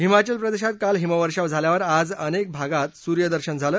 हिमाचल प्रदेशात काल हिमवर्षाव झाल्यावर आज अनेक भागात सूर्यदर्शन झालं